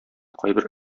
кайбер